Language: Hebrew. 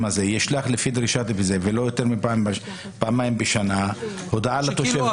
ישלח לפי דרישה ולא יותר מפעמיים בשנה הודעה לתושב.